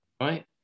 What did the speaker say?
right